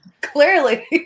Clearly